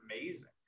amazing